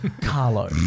Carlo